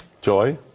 Joy